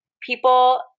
people